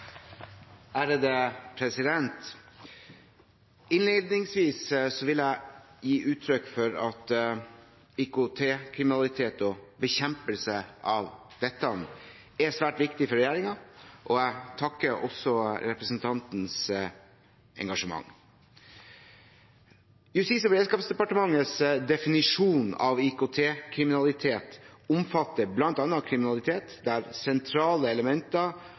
dette problemet. Innledningsvis vil jeg gi uttrykk for at IKT-kriminalitet og bekjempelse av dette er svært viktig for regjeringen, og jeg takker også for representantens engasjement. Justis- og beredskapsdepartementets definisjon av IKT-kriminalitet omfatter bl.a. kriminalitet der sentrale elementer